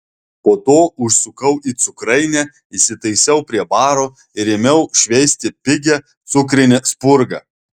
po to užsukau į cukrainę įsitaisiau prie baro ir ėmiau šveisti pigią cukrinę spurgą